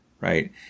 Right